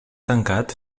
tancat